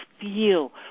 feel